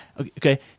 okay